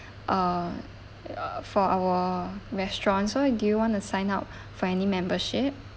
uh for our restaurants so do you want to sign up for any membership